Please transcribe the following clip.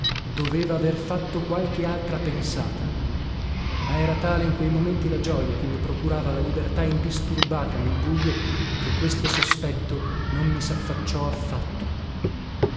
doveva aver fatto qualche altra pensata ma era tale in quei momenti la gioja che mi procurava la libertà indisturbata nel bujo che questo sospetto non mi saffacciò affatto